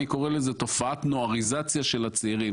אני קורה לזה תופעת נועריזציה של הצעירים.